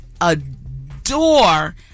adore